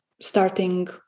Starting